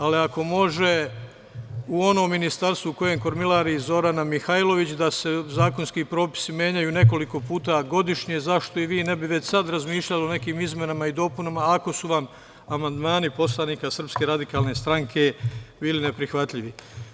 Ali, ako može u onom ministarstvu kojim kormilari Zorana Mihajlović, da se zakonski propisi menjaju nekoliko puta godišnje, zašto i vi ne bi već sada razmišljali o nekim izmenama i dopunama, ako su vam amandmani poslanika SRS bili neprihvatljivi.